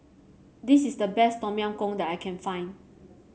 this is the best Tom Yam Goong that I can find